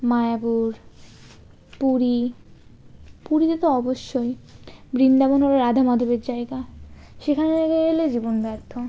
মায়াপুর পুরী পুরীতে তো অবশ্যই বৃন্দাবন হলো রাধা মধবের জায়গা সেখানে জায়গায় না গেলে জীবন ব্যর্থ